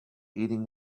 eating